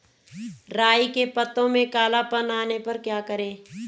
राई के पत्तों में काला पन आने पर क्या करें?